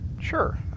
Sure